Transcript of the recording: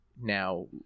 now